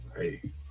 Hey